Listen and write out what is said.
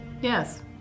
Yes